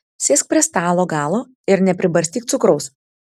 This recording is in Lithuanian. sėsk prie stalo galo ir nepribarstyk cukraus